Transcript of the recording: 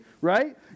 right